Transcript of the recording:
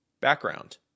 Background